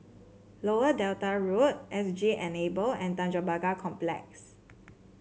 Lower Delta Road S G Enable and Tanjong Pagar Complex